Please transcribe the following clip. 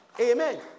Amen